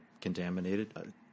Contaminated